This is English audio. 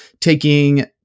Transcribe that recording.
taking